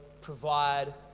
provide